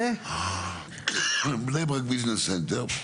בני ברק ביזנס סנטר.